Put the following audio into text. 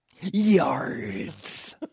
Yards